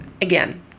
again